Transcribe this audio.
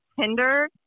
Tinder